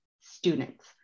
Students